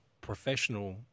professional